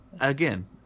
again